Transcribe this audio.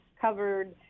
covered